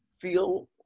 feel